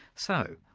so,